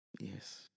Yes